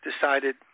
decided